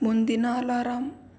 ಮುಂದಿನ ಅಲಾರಾಮ್